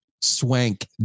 swank